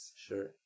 Sure